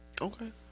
Okay